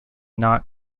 not